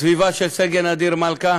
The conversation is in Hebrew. הסביבה של סגן אדיר מלכה